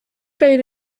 buried